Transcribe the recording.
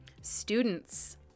Students